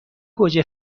گوجه